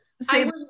say